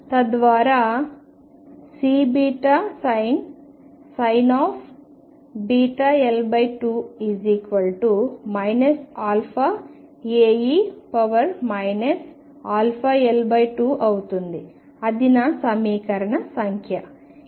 తద్వారా Cβsin βL2 αAe αL2 అవుతుంది అది నా సమీకరణ సంఖ్య 2